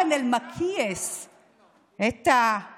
אוי